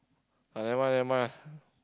uh never mind never mind